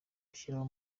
gushyiraho